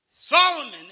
Solomon